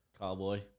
Cowboy